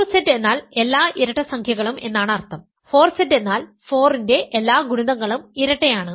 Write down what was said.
2Z എന്നാൽ എല്ലാ ഇരട്ടസംഖ്യകളും എന്നാണ് അർത്ഥം 4Z എന്നാൽ 4 ന്റെ എല്ലാ ഗുണിതങ്ങളും ഇരട്ടയാണ്